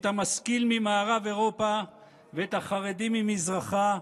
המשכיל ממערב אירופה ואת החרדים ממזרחה,